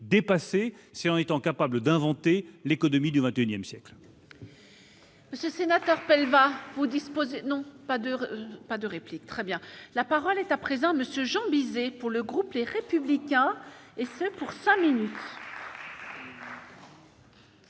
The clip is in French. dépassés c'est en étant capable d'inventer l'économie du XXIe siècle.